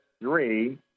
three